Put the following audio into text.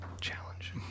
challenge